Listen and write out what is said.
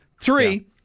Three